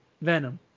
Venom